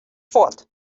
fuort